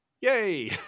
Yay